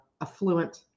affluent